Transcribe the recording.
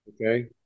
Okay